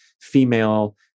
female